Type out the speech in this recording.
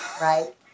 Right